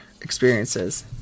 experiences